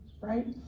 right